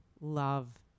love